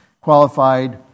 Qualified